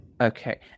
okay